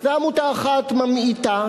ועמותה אחת ממעיטה,